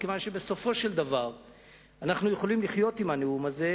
מכיוון שבסופו של דבר אנחנו יכולים לחיות עם הנאום הזה,